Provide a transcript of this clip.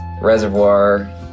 reservoir